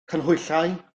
canhwyllau